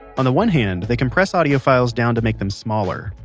on the one hand, they compress audio files down to make them smaller.